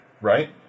Right